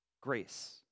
grace